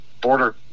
border